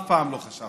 אף פעם לא חשבתי.